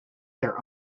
their